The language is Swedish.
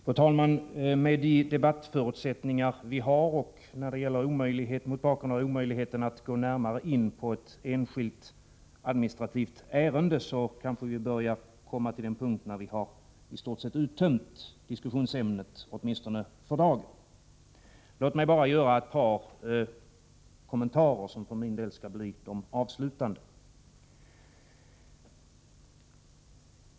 Fru talman! Med de debattförutsättningar vi har och mot bakgrunden av omöjligheten att gå närmare in på ett enskilt administrativt ärende kanske vi 109 börjar komma till den punkt när vi i stort sett uttömt diskussionsämnet, åtminstone för dagen. Låt mig bara göra ett par kommentarer, som för min del skall bli de avslutande.